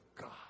God